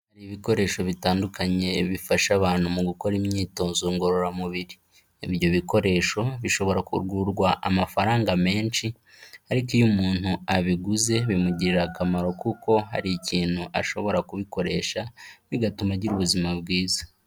Ibikoresho bitandukanye bifasha abantu mu gukora imyitozo ngororamubiri. Ibyo bikoresho bishobora kugurwa amafaranga menshi, ariko iyo umuntu abiguze bimugirira akamaro, kuko hari ikintu ashobora kubikoresha bigatuma agira ubuzima bwiza.